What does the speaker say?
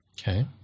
Okay